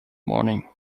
morning